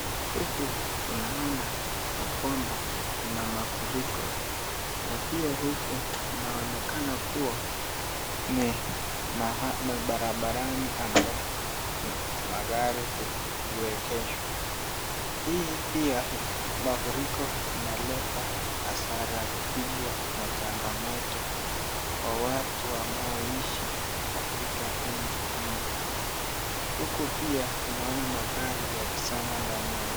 Huku tunaona yakwamba kuna mafuriko na pia huku kunaonekana kuwa ni barabarani ambapo magari huegeshwa. Hii pia mafuriko inaleta hasara kubwa na changamoto kwa watu wanaoishi katika nchi. Huku pia tunaona pia magari yakizama ndani ya maji.